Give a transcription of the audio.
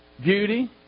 beauty